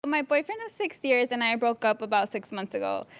my boyfriend of six years and i broke up about six months ago.